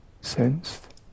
sensed